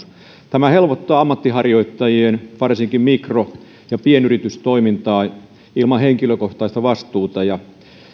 tämä helpottaa ammatinharjoittamista ja varsinkin mikro ja pienyritystoimintaa ilman henkilökohtaista vastuuta ja